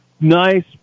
nice